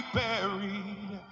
buried